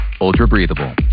ultra-breathable